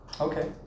Okay